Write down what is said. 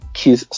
kiss